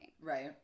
Right